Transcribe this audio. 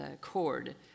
cord